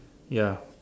ya